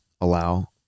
allow